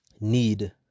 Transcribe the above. need